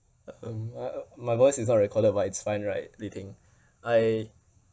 um uh my voice is not recorded but it's fine right do you think I